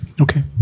Okay